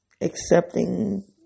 accepting